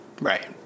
Right